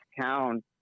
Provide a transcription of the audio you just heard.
town